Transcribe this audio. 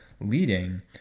leading